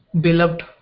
beloved